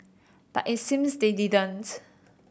but it seems they didn't